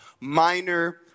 minor